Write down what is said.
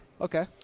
okay